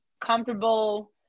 comfortable